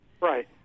Right